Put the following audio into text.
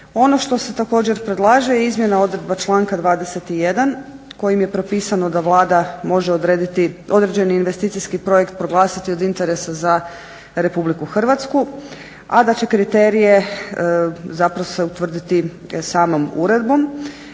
Ono što se također predlaže je izmjena odredba članka 21. Kojim je propisano da Vlada može odrediti određeni investicijski projekt proglasiti od interesa za RH a da će kriterije zapravo se utvrditi samom uredbom.